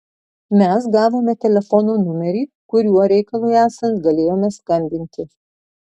mes gavome telefono numerį kuriuo reikalui esant galėjome skambinti